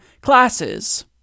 classes